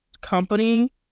company